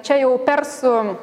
čia jau persų